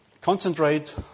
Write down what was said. concentrate